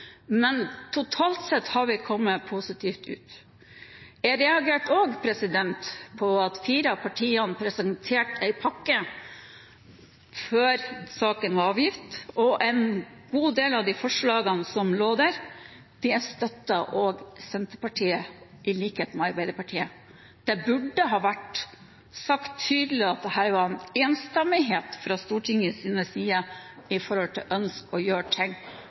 men totalt sett har vi kommet positivt ut. Jeg reagerte også på at fire av partiene presenterte en pakke før saken var avgitt, og en god del av de forslagene som lå der, er støttet av Senterpartiet i likhet med Arbeiderpartiet. Det burde ha vært sagt tydelig at dette var enstemmig fra Stortingets side med tanke på å ønske å gjøre ting